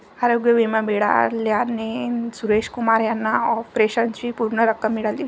आरोग्य विमा मिळाल्याने सुरेश कुमार यांना ऑपरेशनची पूर्ण रक्कम मिळाली